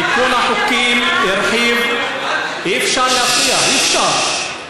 תיקון החוקים הרחיב, אי-אפשר להפריע, אי-אפשר.